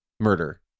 Murder